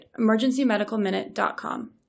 emergencymedicalminute.com